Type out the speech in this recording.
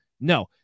no